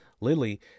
Lily